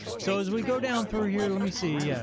so as we go down through here, let me see, yeah